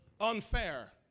unfair